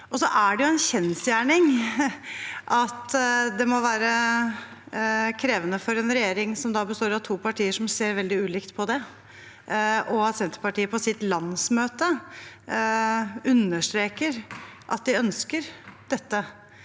er det en kjensgjerning at det må være krevende for en regjering som består av to partier som ser veldig ulikt på det, og at Senterpartiet på sitt landsmøte understreket at de ønsker dette,